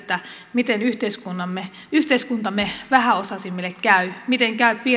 miten yhteiskuntamme yhteiskuntamme vähäosaisimmille käy miten käy